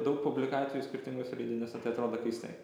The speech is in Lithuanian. daug publikatijų skirtinguose leidiniuose tai atrodo keistai